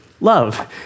Love